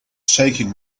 shaking